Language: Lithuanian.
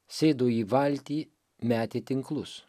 sėdo į valtį metė tinklus